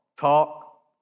talk